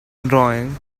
drawing